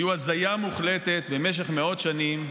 היו הזיה מוחלטת במשך מאות שנים.